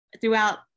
throughout